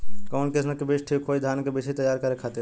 कवन किस्म के बीज ठीक होई धान के बिछी तैयार करे खातिर?